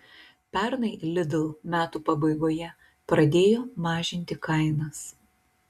pernai lidl metų pabaigoje pradėjo mažinti kainas